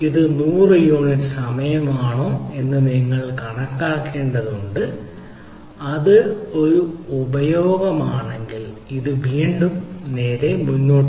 ഇത് 100 യൂണിറ്റ് സമയമാണോ എന്ന് നിങ്ങൾ കണക്കാക്കേണ്ടതുണ്ട് അത് ഒരു ഉപയോഗമാണെങ്കിൽ ഇത് വീണ്ടും നേരെ മുന്നോട്ട്